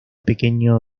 pequeño